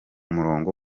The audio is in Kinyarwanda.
murongo